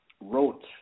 wrote